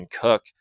Cook